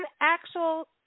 actual